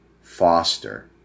Foster